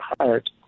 heart